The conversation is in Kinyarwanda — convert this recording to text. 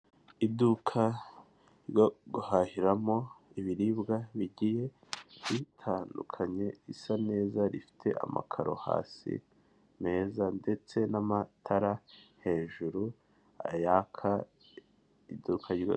Iduka ryo guhahiramo ibiribwa bigiye bitandukanye, risa neza rifite amakaro hasi meza, ndetse n'amatara hejuru yaka iduka.